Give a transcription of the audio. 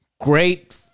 Great